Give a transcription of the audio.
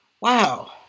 wow